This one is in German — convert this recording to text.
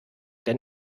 denn